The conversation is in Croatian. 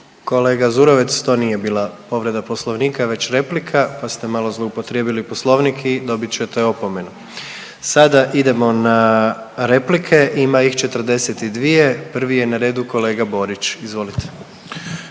Kolega Zurovec, to nije bila povreda Poslovnika već replika, pa ste malo zloupotrijebili Poslovnik i dobit ćete opomenu. Sada idemo na replike. Ima ih 42. Prvi je na redu kolega Borić, izvolite.